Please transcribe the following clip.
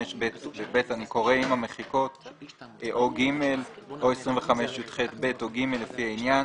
25ב(ב) או (ג) או 25יח(ב) או (ג), לפי העניין.